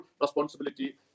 responsibility